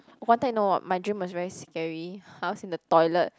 one time you know my dream was very scary I was in the toilet